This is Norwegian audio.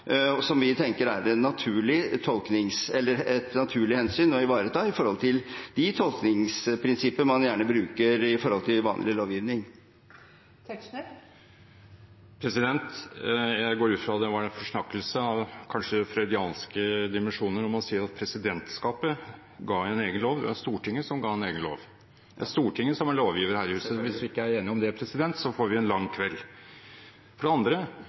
rolle, som vi tenker er et naturlig hensyn å ivareta i forhold til de tolkningsprinsipper man gjerne bruker når det gjelder vanlig lovgivning. Jeg går ut fra at det var en forsnakkelse, kanskje av de freudianske dimensjoner, å si at presidentskapet ga en egen lov. Det var Stortinget som ga en egen lov. Det er Stortinget som er lovgiver her i huset. Hvis vi ikke er enig om det, får vi en lang kveld. Det andre